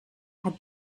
had